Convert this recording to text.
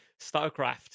StarCraft